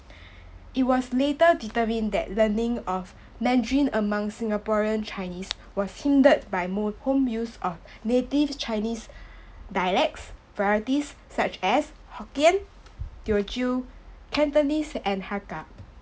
it was later determined that learning of mandarin among singaporean chinese was hindered by more home use of native chinese dialects varieties such as hokkien teochew cantonese and hakka